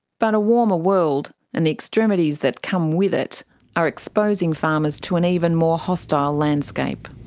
but a warmer world and the extremities that come with it are exposing farmers to an even more hostile landscape.